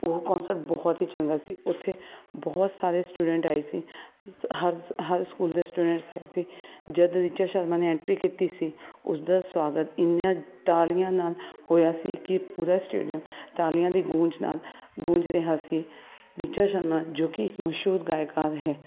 ਉਹ ਕੌਂਨਸਟ ਬਹੁਤ ਹੀ ਚੰਗਾ ਸੀ ਉੱਥੇ ਬਹੁਤ ਸਾਰੇ ਸਟੂਡੈਂਟ ਆਏ ਸੀ ਹਰ ਹਰ ਸਕੂਲ ਦੇ ਸਟੂਡੈਂਟਸ ਆਏ ਸੀ ਜਦ ਰਿਚਾ ਸ਼ਰਮਾ ਨੇ ਐਂਟਰੀ ਕੀਤੀ ਸੀ ਉਸ ਦਾ ਸਵਾਗਤ ਇੰਨੀਆਂ ਤਾਲੀਆਂ ਨਾਲ ਹੋਇਆ ਸੀ ਕਿ ਪੂਰਾ ਸਟੇਡੀਅਮ ਤਾਲੀਆਂ ਦੀ ਗੂੰਜ ਨਾਲ ਗੂੰਜ ਰਿਹਾ ਸੀ ਰਿਚਾ ਸ਼ਰਮਾ ਜੋ ਕਿ ਇੱਕ ਮਸ਼ਹੂਰ ਗਾਇਕਾ ਹੈ